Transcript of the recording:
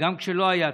גם כשלא היה תקציב,